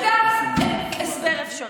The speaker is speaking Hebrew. גם זה הסבר אפשרי.